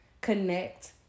connect